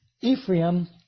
Ephraim